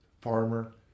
farmer